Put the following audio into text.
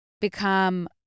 become